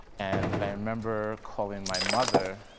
and i remember calling my mother,